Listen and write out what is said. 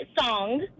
song